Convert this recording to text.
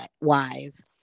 wise